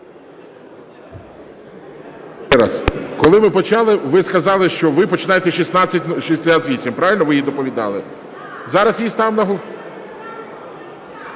Коли ви почали, ви сказали, що ви починаєте 1668 – правильно? Ви її доповідали. Зараз її ставимо на…